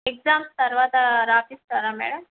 exams తర్వాత రాయిస్తారా madam